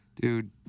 Dude